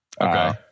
Okay